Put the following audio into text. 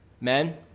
men